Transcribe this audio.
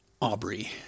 Aubrey